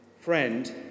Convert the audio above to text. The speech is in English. Friend